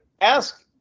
ask